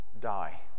die